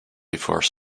before